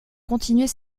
continuer